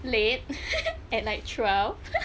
late at like twelve